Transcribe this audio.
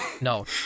No